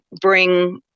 bring